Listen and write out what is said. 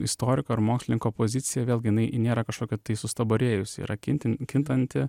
istoriko ir mokslininko pozicija vėlgi jinai nėra kažkokia tai sustabarėjusi yra kinti kintanti